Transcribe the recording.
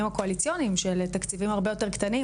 הקואליציוניים של תקציבים הרבה יותר קטנים,